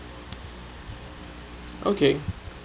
okay